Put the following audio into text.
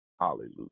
hallelujah